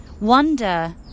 wonder